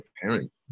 parent